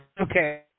Okay